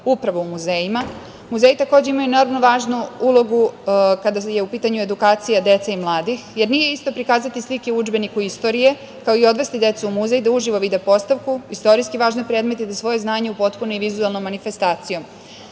upravu u muzejima, muzeji takođe imaju veoma važnu ulogu kada je u pitanju edukacija dece i mladih, jer nije isto prikazati slike u udžbeniku istorije, kao i odvesti decu u muzej da uživo vide postavku istorijski važne predmete i da svoje znanje upotpune i vizuelnom manifestacijom. Već